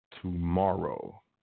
tomorrow